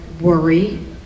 worry